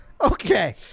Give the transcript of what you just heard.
Okay